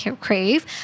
crave